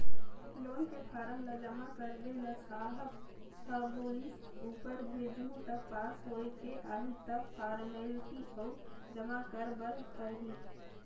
loan के form ल जमा करेंव त साहब ह बोलिस ऊपर भेजहूँ त पास होयके आही त फारमेलटी अउ जमा करे बर परही